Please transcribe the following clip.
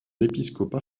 épiscopat